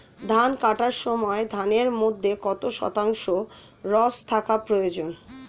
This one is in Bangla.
ধান কাটার সময় ধানের মধ্যে কত শতাংশ রস থাকা প্রয়োজন?